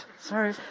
sorry